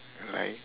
like